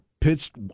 pitched